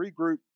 regroup